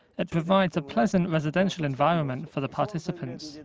it provides a pleasant residential environment for the participants.